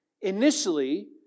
initially